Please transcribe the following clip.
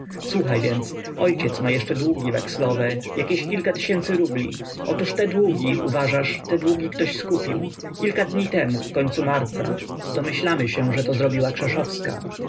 słuchaj więc ojciec ma jeszcze długi wekslowe jakieś parę tysięcy rubli otóż te długi uważasz te długi ktoś skupił kilka dni temu w końcu marca domyślamy się że to zrobiła